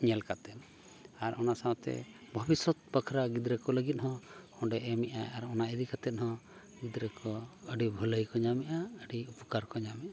ᱧᱮᱞ ᱠᱟᱛᱮᱫ ᱟᱨ ᱚᱱᱟ ᱥᱟᱶᱛᱮ ᱵᱷᱚᱵᱤᱥᱚᱛ ᱵᱟᱠᱷᱨᱟ ᱜᱤᱫᱽᱨᱟᱹ ᱠᱚ ᱞᱟᱹᱜᱤᱫ ᱦᱚᱸ ᱚᱸᱰᱮ ᱮᱢ ᱮᱜ ᱟᱭ ᱚᱱᱟ ᱤᱫᱤ ᱠᱟᱛᱮᱫ ᱦᱚᱸ ᱜᱤᱫᱽᱨᱟᱹ ᱠᱚ ᱫᱚ ᱟᱹᱰᱤ ᱵᱷᱟᱹᱞᱟᱹᱭ ᱠᱚ ᱧᱟᱢᱮᱜᱼᱟ ᱟᱹᱰᱤ ᱩᱯᱠᱟᱨ ᱠᱚ ᱧᱟᱢᱮᱜᱼᱟ